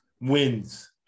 wins